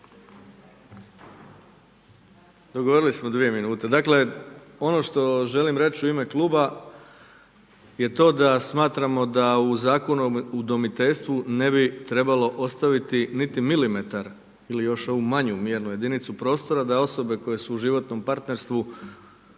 Govorili smo dvije minute. Dakle, ono što želim reći u ime Kluba jer to da smatramo da u Zakonu o udomiteljstvu ne bi trebalo ostaviti niti milimetar ili još ovu manju mjernu jedinicu prostora da osobe koje su u životnom partnerstvu